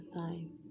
time